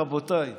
רבותיי,